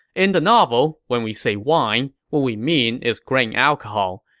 in the novel, when we say wine, what we mean is grain alcohol.